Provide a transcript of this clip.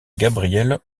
gabrielle